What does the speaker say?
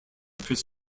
chris